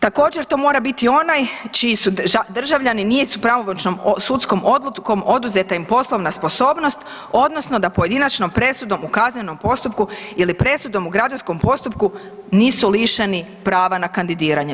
Također, to mora biti onaj čiji su državljani, nisu pravomoćnom sudskom odlukom oduzeta im poslovna sposobnost, odnosno da pojedinačnom presudom u kaznenom postupku ili presudom u građanskom postupku nisu lišeni prava na kandidiranje.